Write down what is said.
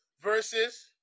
Versus